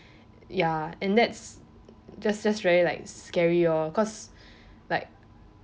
ya and that's just just really like scary lor because like